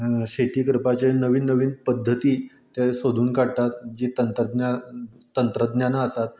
शेती करपाचे नवीन नवीन पध्दती ते सोदून काडटात जी तंत्रज्ञान तंत्रज्ञाना आसात